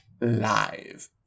live